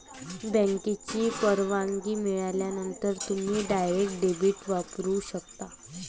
बँकेची परवानगी मिळाल्यानंतरच तुम्ही डायरेक्ट डेबिट वापरू शकता